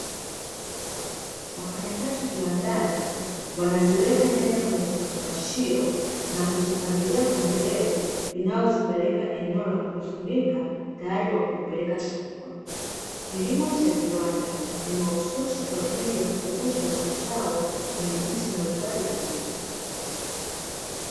Wafanyakazi kiwandani, wanaziweka nyanya kwenye vifungashio na kuzipangilia kwenye reli inayozipeleka eneo la kulifunika tayari kwa kuipeleka sokoni. Kilimo cha viwanda ni mahususi kwa ajili ya kuuza mazao kwenye nchi mbalimbali duniani.